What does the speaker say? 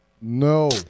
no